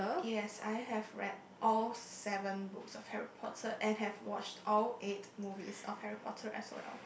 yes I have read all seven books of Harry Potter and have watched all eight movies of Harry-Potter as well